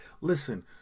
listen